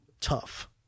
tough